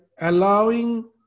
allowing